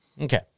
Okay